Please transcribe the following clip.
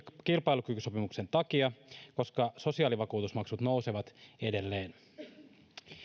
kilpailukykysopimuksen takia koska sosiaalivakuutusmaksut nousevat edelleen